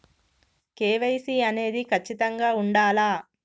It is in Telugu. కే.వై.సీ అనేది ఖచ్చితంగా ఉండాలా?